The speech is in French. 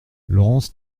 laurence